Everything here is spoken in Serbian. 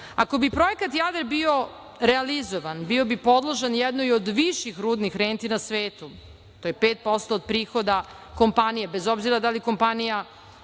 bi projekat „Jadar“ bio realizovan, bio bi podložan jednoj od viših rudnih renti na svetu. To je 5% od prihoda kompanije, bez obzira da li kompanija